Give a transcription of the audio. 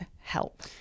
help